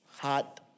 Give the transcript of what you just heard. Hot